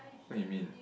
what you mean